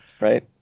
right